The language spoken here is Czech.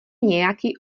nějaký